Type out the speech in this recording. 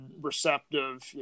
receptive